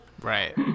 Right